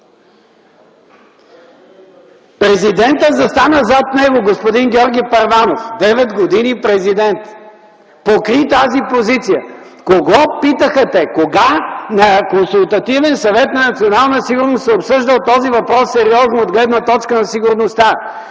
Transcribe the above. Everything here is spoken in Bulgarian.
Президентът застана зад него – господин Георги Първанов, девет години президент! Покри тази позиция! Кого питаха те? Кога на Консултативен съвет за национална сигурност се е обсъждал този въпрос сериозно от гледна точка на сигурността?